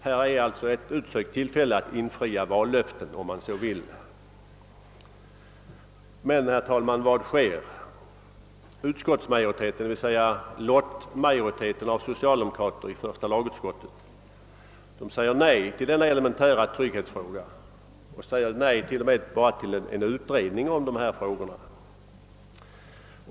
Här är alltså ett utsökt tillfälle att infria vallöftena om man så vill. Men, herr talman, vad sker? Utskottsmajoriteten, d.v.s. lottmajoriteten av socialdemokrater i första lagutskottet, säger nej till denna elemetära trygghetsfråga och t.o.m. till en utredning om dessa frågor.